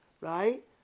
Right